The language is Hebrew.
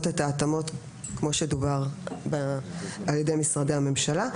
את ההתאמות כמו שנאמר על ידי משרדי הממשלה.